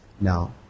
Now